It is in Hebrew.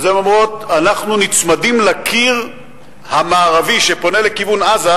אז הן אומרות: אנחנו נצמדים לקיר המערבי שפונה לכיוון עזה,